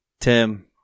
Tim